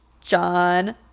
John